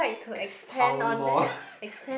expound more